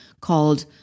called